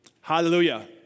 Hallelujah